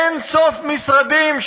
אין-סוף משרדים,